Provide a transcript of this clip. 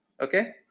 okay